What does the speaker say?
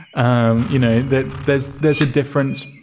um you know that there's there's a difference.